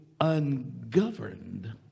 ungoverned